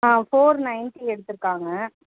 ஆ four ninety எடுத்திருக்காங்க